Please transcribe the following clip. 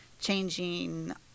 changing